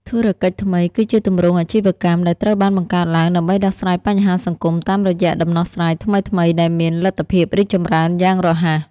ធុរកិច្ចថ្មីគឺជាទម្រង់អាជីវកម្មដែលត្រូវបានបង្កើតឡើងដើម្បីដោះស្រាយបញ្ហាសង្គមតាមរយៈដំណោះស្រាយថ្មីៗដែលមានលទ្ធភាពរីកចម្រើនយ៉ាងរហ័ស។